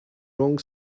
wrong